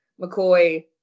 mccoy